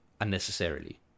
unnecessarily